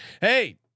Hey